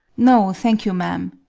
no, thank you, ma'am.